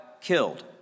killed